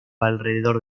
alrededor